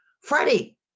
Freddie